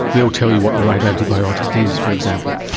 they'll tell you what the right antibiotic is, for example.